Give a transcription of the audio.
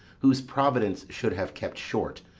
whose providence should have kept short,